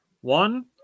One